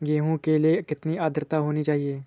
गेहूँ के लिए कितनी आद्रता होनी चाहिए?